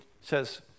says